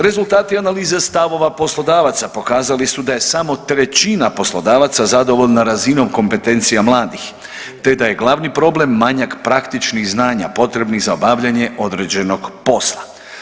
Rezultati analize stavova poslodavaca pokazali su da je samo trećina poslodavaca zadovoljna razinom kompetencija mladih te da je glavni problem manjak praktičnih znanja potrebnih za obavljanje određenog posla.